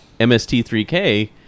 MST3K